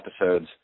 episodes